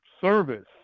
service